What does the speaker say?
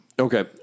Okay